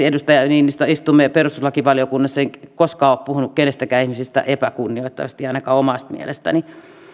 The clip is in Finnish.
edustaja niinistö perustuslakivaliokunnassa niin en ole koskaan puhunut kenestäkään ihmisestä epäkunnioittavasti ainakaan omasta mielestäni